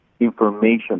information